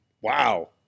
Wow